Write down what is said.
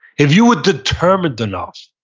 if you were determined enough,